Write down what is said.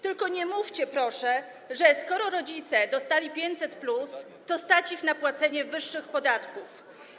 Tylko nie mówcie, proszę, że skoro rodzice dostali 500+, to stać ich na płacenie wyższych podatków.